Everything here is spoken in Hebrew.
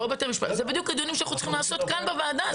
אלה בדיוק הדיונים שאנחנו צריכים לעשות כאן בוועדה,